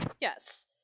Yes